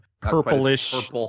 purplish